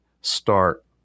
start